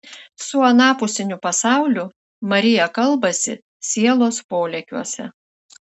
su anapusiniu pasauliu marija kalbasi sielos polėkiuose